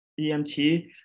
EMT